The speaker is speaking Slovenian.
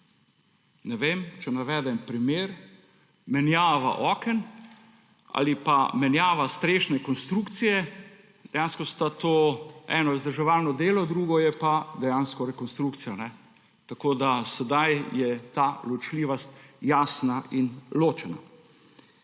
Če navedem primer, menjava oken ali pa menjava strešne konstrukcije, eno je vzdrževalno delo, drugo je pa dejansko rekonstrukcija. Tako da sedaj je ta ločljivost jasna in ločena.